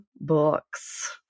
books